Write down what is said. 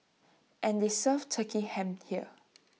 and they serve turkey ham here